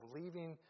leaving